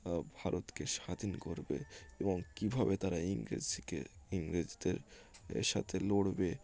বা ভারতকে স্বাধীন করবে এবং কীভাবে তারা ইংরেজকে ইংরেজদের এর সাথে লড়বে